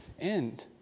end